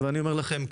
אני אומר לכם,